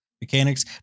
mechanics